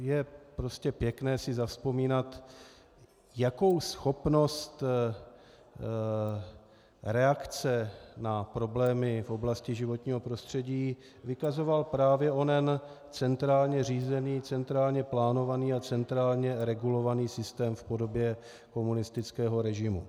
Je prostě pěkné si zavzpomínat, jakou schopnost reakce na problémy v oblasti životního prostředí vykazoval právě onen centrálně řízený, centrálně plánovaný a centrálně regulovaný systém v podobě komunistického režimu.